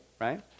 right